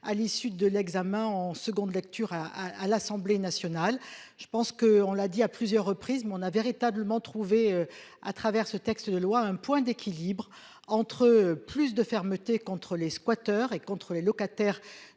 à l'issue de l'examen en seconde lecture à à l'Assemblée nationale. Je pense que on l'a dit à plusieurs reprises mais on a véritablement trouvé à travers ce texte de loi, un point d'équilibre entre plus de fermeté contre les squatters et contre les locataires